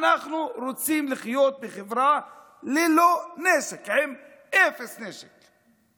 אנחנו רוצים לחיות בחברה ללא נשק, עם אפס נשק.